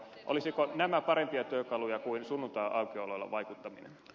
olisivatko nämä parempia työkaluja kuin sunnuntaiaukioloilla vaikuttaminen